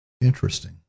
Interesting